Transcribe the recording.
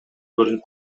көрүнүп